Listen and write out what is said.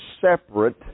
separate